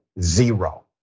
zero